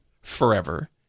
forever